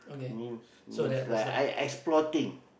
means means like I I explore thing